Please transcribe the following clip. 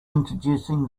introducing